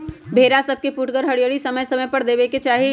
भेड़ा सभके पुठगर हरियरी समय समय पर देबेके चाहि